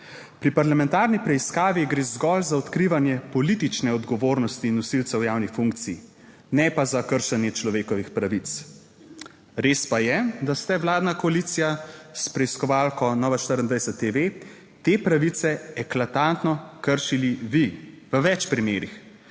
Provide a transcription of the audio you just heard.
Pri parlamentarni preiskavi gre zgolj za odkrivanje politične odgovornosti nosilcev javnih funkcij ne pa za kršenje človekovih pravic. Res pa je, da ste, vladna koalicija, s preiskovalko Nova24TV te pravice eklatantno kršili v več primerih